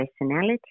personality